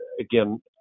Again